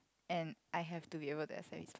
and I have to be able to accept